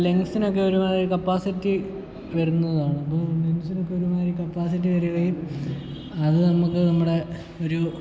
ലങ്സിന് ഒക്കെ ഒരുപാട് കപ്പാസിറ്റി വരുന്നതാണ് അപ്പോൾ ലങ്സിന് ഒക്കെ ഒരുമാതിരി കപ്പാസിറ്റി വരികയും അത് നമുക്ക് നമ്മുടെ ഒരു